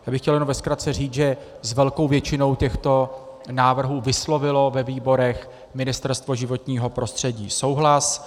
Já bych chtěl jenom ve zkratce říct, že s velkou většinou těchto návrhů vyslovilo ve výborech Ministerstvo životního prostředí souhlas.